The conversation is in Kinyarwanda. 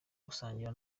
gusangira